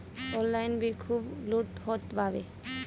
online भी खूब लूट होत बाटे